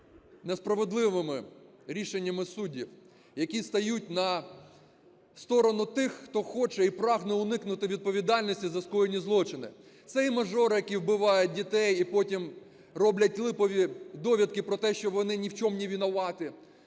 несправедливими рішеннями суддів, які стають на сторону тих, хто хоче і прагне уникнути відповідальності за скоєні злочини. Це і мажори, які вбивають дітей і потім роблять липові довідки про те, що вони ні в чому не винуваті.